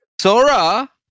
sora